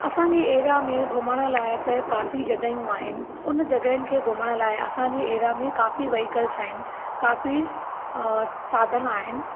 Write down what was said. असांजे एरिया में घुमण लाइ त काफ़ी जॻहयूं आहिनि हुन जॻहनि खे घुमण लाइ असांजे एरिया में काफ़ी व्हीकल्स आहिनि काफ़ी साधन आहिनि